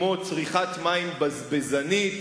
כמו צריכת מים בזבזנית,